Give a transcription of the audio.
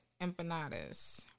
empanadas